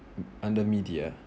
under media